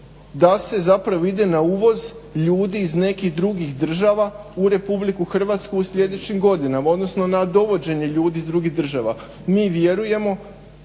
da se zapravo ide na uvoz ljudi iz nekih drugih država u RH u sljedećim godinama, odnosno na dovođenje ljudi iz drugih država. Mi vjerujemo,